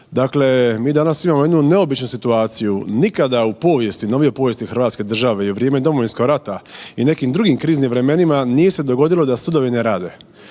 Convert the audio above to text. Dakle, mi danas imamo jednu neobičnu situaciju, nikada u povijesti, novijoj povijesti Hrvatske države i u vrijeme Domovinskog rata i nekim drugim kriznim vremenima nije se dogodilo da sudovi ne rade,